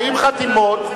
40 חתימות,